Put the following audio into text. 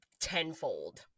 tenfold